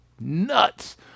nuts